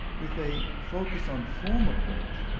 with a focus on form approach,